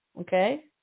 okay